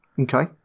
Okay